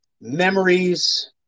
memories